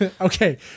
Okay